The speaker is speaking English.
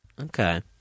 Okay